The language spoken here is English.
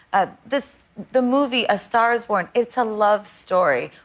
ah this the movie a star is born it's a love story.